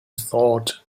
thought